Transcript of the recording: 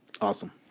Awesome